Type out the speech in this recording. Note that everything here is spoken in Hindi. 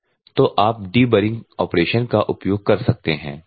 तो आप डिबरिंग ऑपरेशन का उपयोग कर सकते हैं